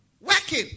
working